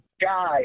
guy